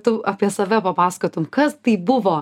tu apie save papasakotum kas tai buvo